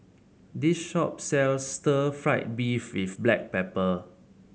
this shop sells Stir Fried Beef with Black Pepper